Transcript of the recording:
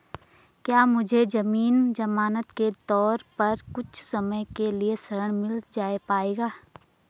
क्या मुझे ज़मीन ज़मानत के तौर पर कुछ समय के लिए ऋण मिल पाएगा?